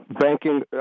Banking